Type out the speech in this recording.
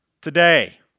today